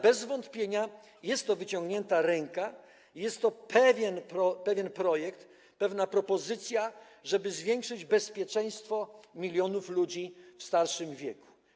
Bez wątpienia jest to wyciągnięta ręka, jest to pewien projekt, pewna propozycja, żeby zwiększyć bezpieczeństwo milionów ludzi w starszym wieku.